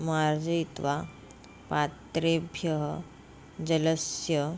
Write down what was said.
मार्जयित्वा पात्रेभ्यः जलस्य